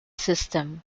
system